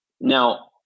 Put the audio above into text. Now